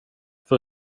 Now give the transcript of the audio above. för